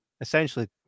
essentially